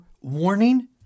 warning